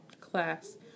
class